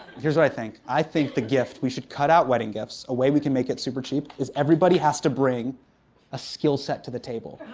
here's what i think. i think the gift we should cut out wedding gifts. a way we can make it super cheap is everybody has to bring a skillset to the table.